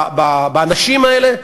באנשים האלה,